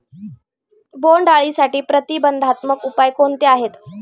बोंडअळीसाठी प्रतिबंधात्मक उपाय कोणते आहेत?